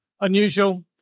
unusual